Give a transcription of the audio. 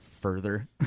further